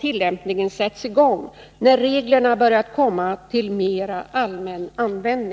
tillämpningen sätts i gång, när reglerna börjat komma till mera allmän användning.